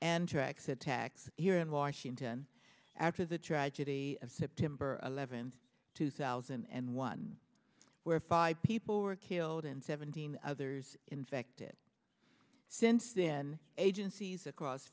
tracks attacks here in washington after the tragedy of september eleventh two thousand and one where five people were killed and seventeen others infected since then agencies across